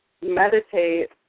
meditate